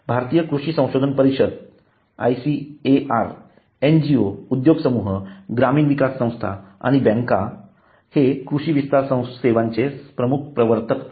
भारतीय कृषी संशोधन परिषद एनजीओ उद्योग समूह ग्रामीण विकास संस्था आणि बँका हे कृषी विस्तार सेवांचे प्रमुख प्रवर्तक आहेत